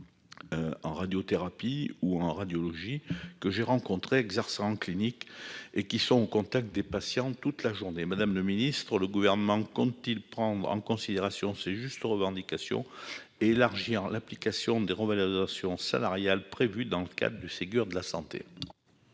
En radiothérapie ou en radiologie que j'ai rencontrés exerçant en clinique et qui sont au contact des patients toute la journée Madame le Ministre, le gouvernement compte-t-il prendre en considération ces justes revendications élargir l'application des revalorisations salariales prévues dans le cadre du Ségur de la santé.